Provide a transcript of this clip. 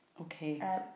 Okay